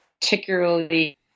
particularly